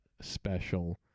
special